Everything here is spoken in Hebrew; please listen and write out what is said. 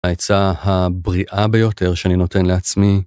ההצעה הבריאה ביותר שאני נותן לעצמי.